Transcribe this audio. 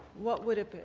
what would it